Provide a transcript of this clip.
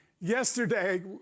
yesterday